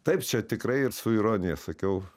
taip čia tikrai ir su ironija sakiau